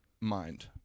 mind